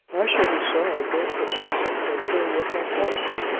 i shall be sorry both for his sake and for your papa's.